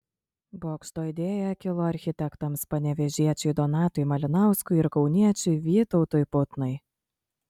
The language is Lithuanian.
bokšto idėja kilo architektams panevėžiečiui donatui malinauskui ir kauniečiui vytautui putnai